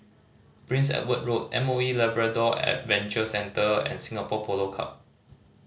Prince Edward Road M O E Labrador Adventure Center and Singapore Polo Club